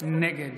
נגד